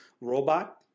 robot